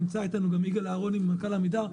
נמצא אתנו גם יגאל אהרוני, מנכ"ל עמידר.